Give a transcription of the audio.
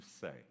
say